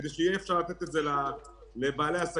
כדי שאפשר יהיה לתת את זה לבעלי העסקים,